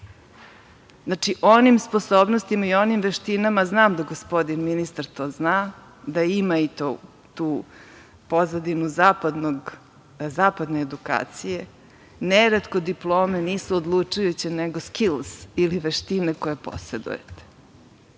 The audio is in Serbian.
Znači, onim sposobnostima i onim veštinama, znam da gospodin ministar to zna, da ima i tu pozadinu zapadne edukacije, neretko diplome nisu odlučujuće nego „skils“ ili veštine koje posedujete.